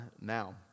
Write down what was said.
now